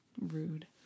Rude